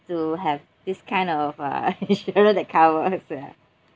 to have this kind of uh insurance that covers uh